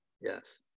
Yes